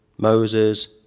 Moses